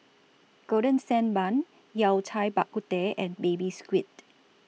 Golden Sand Bun Yao Cai Bak Kut Teh and Baby Squid